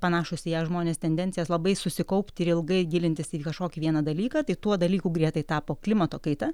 panašūs į ją žmonės tendencijas labai susikaupti ir ilgai gilintis į kažkokį vieną dalyką tai tuo dalyku grietai tapo klimato kaita